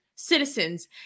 citizens